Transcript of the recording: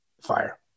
fire